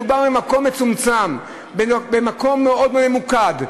מדובר במקום מצומצם, במקום מאוד ממוקד.